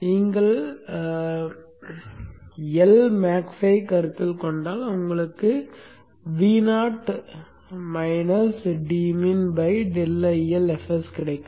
எனவே நீங்கள் எல் மேக்ஸைக் கருத்தில் கொண்டால் உங்களுக்கு Vo dmin ∆IL fs கிடைக்கும்